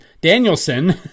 Danielson